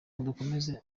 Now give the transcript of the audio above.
dukomere